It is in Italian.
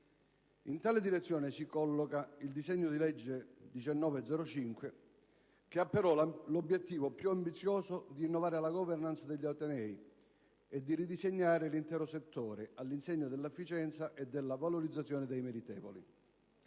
In tale direzione si colloca il disegno di legge n. 1905, che ha, però, l'obiettivo più ambizioso di innovare la *governance* degli atenei e di ridisegnare l'intero settore all'insegna dell'efficienza e della valorizzazione dei meritevoli.